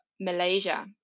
Malaysia